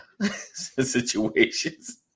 situations